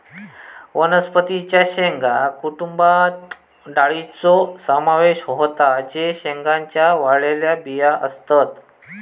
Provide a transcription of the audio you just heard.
वनस्पतीं च्या शेंगा कुटुंबात डाळींचो समावेश होता जे शेंगांच्या वाळलेल्या बिया असतत